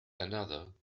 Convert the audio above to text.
another